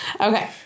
Okay